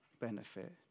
benefit